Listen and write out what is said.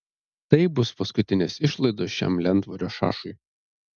tai bus paskutinės išlaidos šiam lentvario šašui